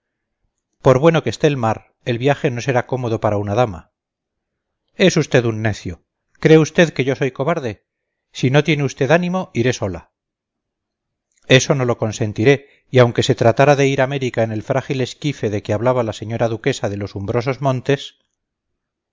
por bueno que esté el mar el viaje no será cómodo para una dama es usted un necio cree usted que yo soy cobarde si no tiene usted ánimo iré sola eso no lo consentiré y aunque se tratara de ir a américa en el frágil esquife de que hablaba la señora duquesa de los umbrosos montes